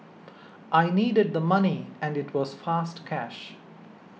I needed the money and it was fast cash